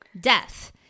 Death